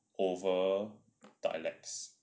over dialects